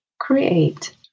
create